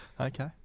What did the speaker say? Okay